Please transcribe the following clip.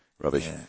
Rubbish